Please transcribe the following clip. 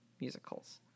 musicals